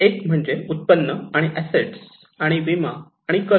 एक म्हणजे उत्पन्न आणि अससेट्स आणि विमा आणि कर्ज